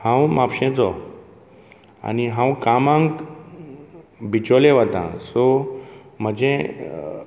हांव म्हापशेंचो आनी हांव कामाक बिचोले वतां सो म्हजें